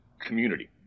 community